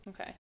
Okay